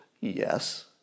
Yes